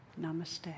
Namaste